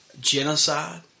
genocide